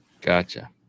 Gotcha